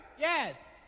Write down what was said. Yes